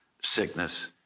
sickness